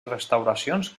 restauracions